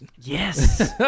Yes